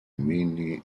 mini